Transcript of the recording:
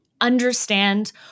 understand